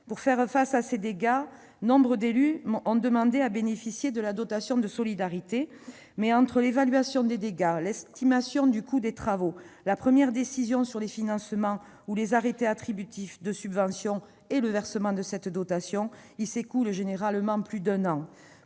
Pour faire face à ces dégâts, nombre d'élus ont demandé à bénéficier de la dotation de solidarité, mais, entre l'évaluation des dégâts, l'estimation du coût des travaux, la première décision sur les financements ou les arrêtés attributifs de subventions et le versement de cette dotation, il s'écoule généralement plus d'un an.